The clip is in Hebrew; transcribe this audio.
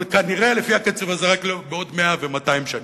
אבל כנראה לפי הקצב הזה, רק בעוד 100 ו-200 שנים.